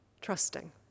trusting